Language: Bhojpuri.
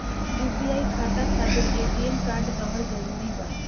यू.पी.आई खाता खातिर ए.टी.एम कार्ड रहल जरूरी बा?